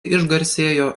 išgarsėjo